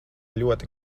ļoti